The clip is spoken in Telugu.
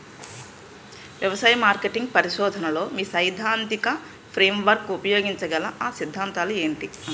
వ్యవసాయ మార్కెటింగ్ పరిశోధనలో మీ సైదాంతిక ఫ్రేమ్వర్క్ ఉపయోగించగల అ సిద్ధాంతాలు ఏంటి?